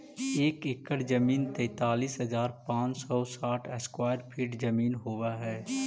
एक एकड़ जमीन तैंतालीस हजार पांच सौ साठ स्क्वायर फीट जमीन होव हई